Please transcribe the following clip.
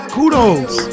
Kudos